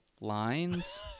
lines